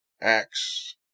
Acts